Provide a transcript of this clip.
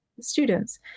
students